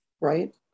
right